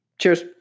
Cheers